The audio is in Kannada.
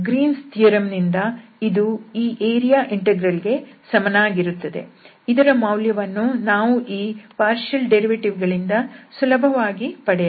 ಗ್ರೀನ್ಸ್ ಥಿಯರಂ Green's theoremನಿಂದ ಇದು ಈ ಏರಿಯಾ ಇಂಟೆಗ್ರಲ್ ಗೆ ಸಮನಾಗಿರುತ್ತದೆ ಇದರ ಮೌಲ್ಯವನ್ನು ನಾವು ಈ ಭಾಗಶಃ ವ್ಯುತ್ಪನ್ನ ಗಳಿಂದ ಸುಲಭವಾಗಿ ಪಡೆಯಬಹುದು